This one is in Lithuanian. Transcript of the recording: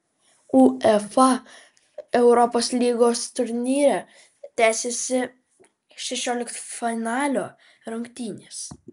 uefa europos lygos turnyre tęsėsi šešioliktfinalio rungtynės